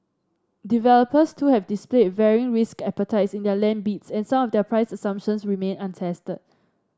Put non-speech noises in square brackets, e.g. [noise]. developers too have displayed varying risk appetites in their land [unintelligible] and some of their price assumptions remain untested